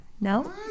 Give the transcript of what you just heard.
No